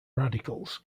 radicals